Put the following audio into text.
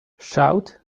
shout